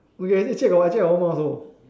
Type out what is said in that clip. okay actually I got actually I got one more also